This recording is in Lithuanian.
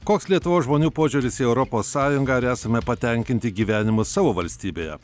koks lietuvos žmonių požiūris į europos sąjungą ar esame patenkinti gyvenimu savo valstybėje